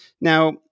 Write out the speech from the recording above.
Now